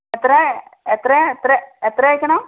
എത്ര എത്ര എത്ര എത്ര അയക്കണം